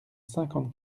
cinquante